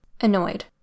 annoyed